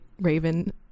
Raven